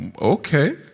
okay